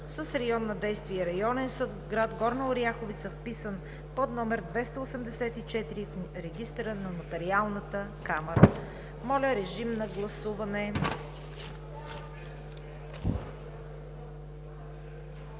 с район на действие Районен съд – гр. Горна Оряховица, вписан под № 284 в регистъра на Нотариалната камара.“ Моля, режим на гласуване.